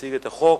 שהציג את החוק.